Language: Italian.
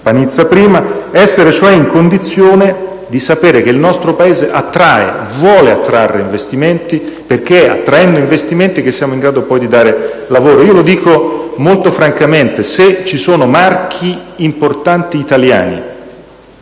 Panizza, si tratta cioè di far sapere che il nostro Paese attrae e vuole attrarre investimenti, perché è attraendo investimenti che poi siamo in grado di dare lavoro. Lo dico molto francamente: se ci sono marchi importanti italiani